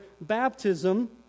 baptism